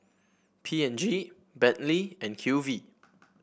P and G Bentley and Q V